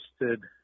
interested